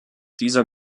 dieser